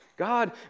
God